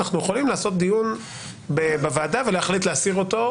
אנחנו יכולים לעשות דיון בוועדה ולהחליט להסיר אותו.